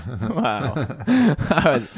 Wow